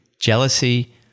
jealousy